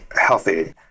healthy